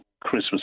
Christmas